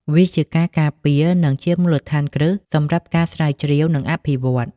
វាជាការការពារនិងជាមូលដ្ឋានគ្រឹះសម្រាប់ការស្រាវជ្រាវ និងអភិវឌ្ឍន៍។